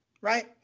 right